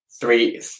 three